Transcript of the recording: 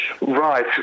Right